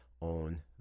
on